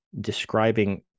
describing